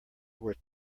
worth